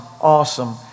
awesome